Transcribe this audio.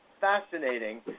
fascinating